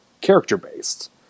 character-based